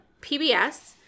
PBS